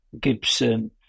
Gibson